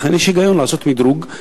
ולכן יש היגיון לעשות מדרוג.